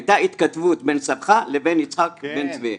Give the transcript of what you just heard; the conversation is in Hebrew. הייתה התכתבות בין סבך לבין יצחק בן צבי.